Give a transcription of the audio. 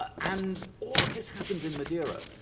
and all of this happens in madeira.